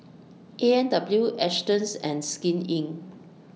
A and W Astons and Skin Inc